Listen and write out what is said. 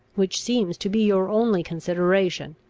which seems to be your only consideration,